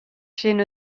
sin